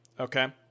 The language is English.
Okay